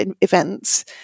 events